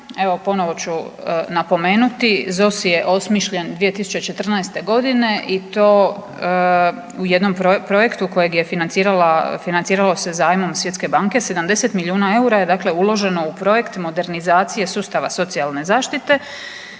Evo, ponovno ću napomenuti ZOS je osmišljen 2014. godine i to u jednom projektu kojeg je financiralo se zajmom Svjetske banke. 70 milijuna eura je dakle uloženo u projekt modernizacije sustava socijalne zaštite,